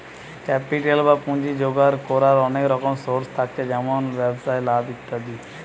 capital বা পুঁজি জোগাড় কোরার অনেক রকম সোর্স থাকছে যেমন ব্যবসায় লাভ ইত্যাদি